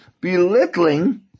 belittling